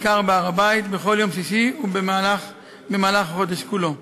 בעיקר בהר-הבית, בכל יום שישי ובמהלך החודש כולו.